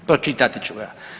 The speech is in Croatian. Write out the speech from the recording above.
Pročitati ću ga.